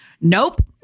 nope